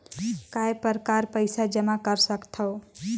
काय प्रकार पईसा जमा कर सकथव?